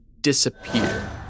disappear